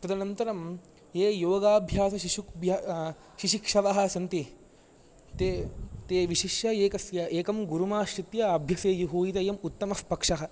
तदनन्तरं ये योगाभ्यास शिशु शिशिक्षवः सन्ति ते ते विशिष्य एकस्य एकं गुरुमाश्रित्य अभ्यसेयुः इत्ययं उत्तमः पक्षः